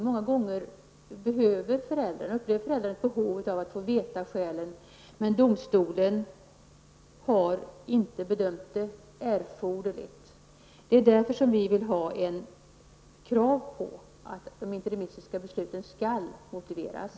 Många gånger upplever föräldrarna behov av att få veta skälen, men domstolarna har inte bedömt det erforderligt. Det är därför som vi ställer krav på att de interimistiska besluten skall motiveras.